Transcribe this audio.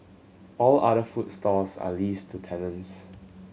all other food stalls are leased to tenants